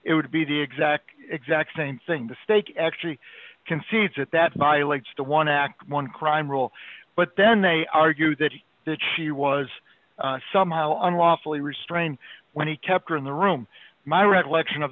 it would be the exact exact same thing the stake actually concedes at that violates the one act one crime rule but then they argue that that she was somehow unlawfully restrained when he kept her in the room my recollection of